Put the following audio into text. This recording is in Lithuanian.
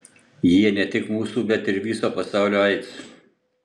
jie ne tik mūsų bet ir viso pasaulio aids